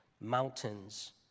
mountains